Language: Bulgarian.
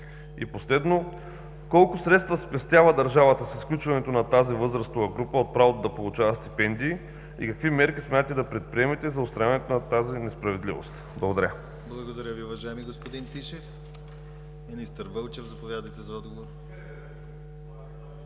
И последно: колко средства спестява държавата с изключването на тази възрастова група от правото да получава стипендии и какви мерки смятате да предприемете за отстраняването на тази несправедливост? Благодаря. ПРЕДСЕДАТЕЛ ДИМИТЪР ГЛАВЧЕВ: Благодаря Ви, уважаеми господин Тишев. Министър Вълчев, заповядайте за отговор.